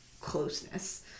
closeness